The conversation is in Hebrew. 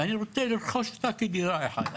ואני רוצה לרכוש אותה כדירה אחת.